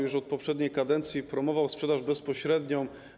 Już od poprzedniej kadencji promował sprzedaż bezpośrednią.